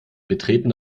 betreten